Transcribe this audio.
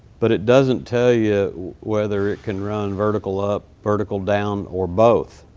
but it doesn't tell ya whether it can run vertical up, vertical down, or both.